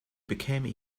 became